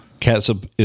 catsup